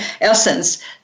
essence